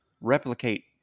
replicate